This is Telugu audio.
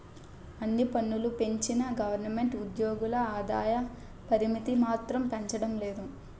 అన్ని పన్నులూ పెంచిన గవరమెంటు ఉజ్జోగుల ఆదాయ పరిమితి మాత్రం పెంచడం లేదు